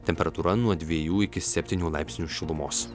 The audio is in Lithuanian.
temperatūra nuo dviejų iki septynių laipsnių šilumos